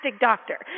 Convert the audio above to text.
doctor